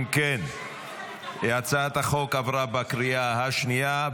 אם כן, הצעת החוק עברה בקריאה השנייה.